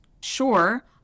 sure